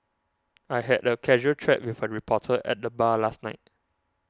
I had a casual chat with a reporter at the bar last night